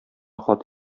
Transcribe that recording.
хат